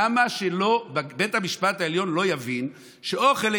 למה שבית המשפט העליון לא יבין שאוכל מגיע